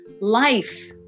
life